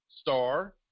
star